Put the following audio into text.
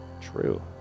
True